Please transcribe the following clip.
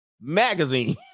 Magazine